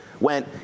went